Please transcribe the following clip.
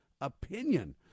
opinion